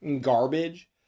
garbage